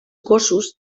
gossos